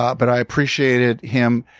but i appreciated him.